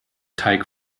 teig